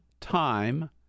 time